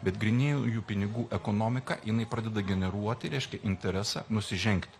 bet grynųjų pinigų ekonomika jinai pradeda generuoti reiškia interesą nusižengti